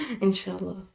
inshallah